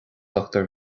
bhur